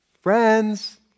friends